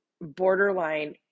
borderline